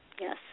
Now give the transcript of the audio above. Yes